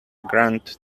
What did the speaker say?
grunt